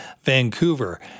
Vancouver